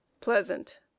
Pleasant